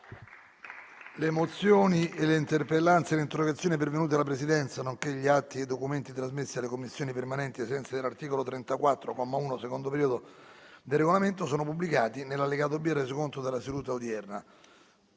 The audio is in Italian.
Le mozioni, le interpellanze e le interrogazioni pervenute alla Presidenza, nonché gli atti e i documenti trasmessi alle Commissioni permanenti ai sensi dell’articolo 34, comma 1, secondo periodo, del Regolamento sono pubblicati nell’allegato B al Resoconto della seduta odierna.